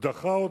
דחה,